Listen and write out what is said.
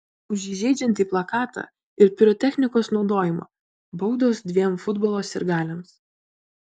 už įžeidžiantį plakatą ir pirotechnikos naudojimą baudos dviem futbolo sirgaliams